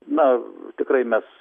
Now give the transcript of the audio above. na tikrai mes